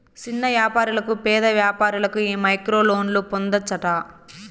సిన్న యాపారులకు, పేద వ్యాపారులకు ఈ మైక్రోలోన్లు పొందచ్చట